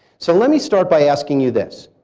so let me start by asking you this,